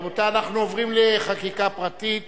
רבותי, אנחנו עוברים לחקיקה פרטית